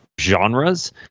genres